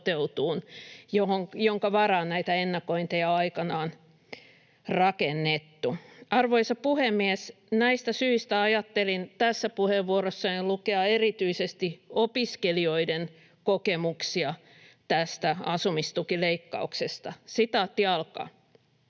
jonka varaan näitä ennakointeja on aikanaan rakennettu. Arvoisa puhemies! Näistä syistä ajattelin tässä puheenvuorossani lukea erityisesti opiskelijoiden kokemuksia tästä asumistukileikkauksesta. ”Olen opiskelija.